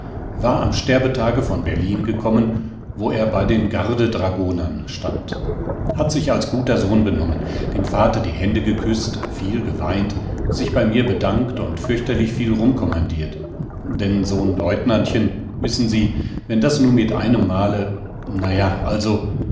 war am sterbetage von berlin gekommen wo er bei den gardedragonern stand hatte sich als guter sohn benommen dem vater die hände geküßt viel geweint sich bei mir bedankt und fürchterlich viel rumkommandiert denn so n leutnantchen wissen sie wenn das nu mit einem male na ja also